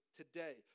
today